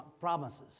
promises